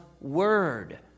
word